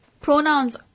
Pronouns